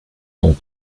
son